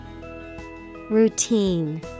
Routine